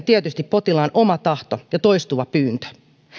tietysti potilaan oma tahto ja toistuva pyyntö